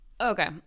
Okay